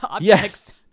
Yes